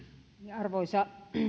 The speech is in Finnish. arvoisa